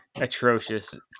atrocious